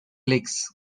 lex